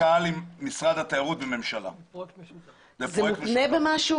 אלה מלחמות בין המדינה לקק"ל, מי אחראי על הכסף?